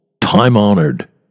time-honored